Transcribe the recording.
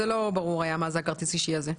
לא היה ברור מה זה הכרטיס האישי הזה.